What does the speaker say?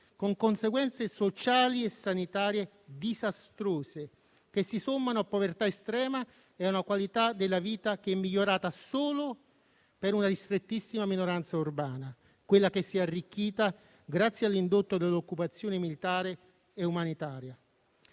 con conseguenze sociali e sanitarie disastrose, che si sommano a povertà estrema e a una qualità della vita che è migliorata solo per una ristrettissima minoranza urbana (quella che si è arricchita grazie all'indotto dell'occupazione militare e umanitaria).